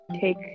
take